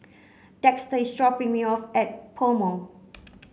Dexter is dropping me off at PoMo